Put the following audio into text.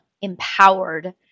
empowered